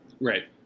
Right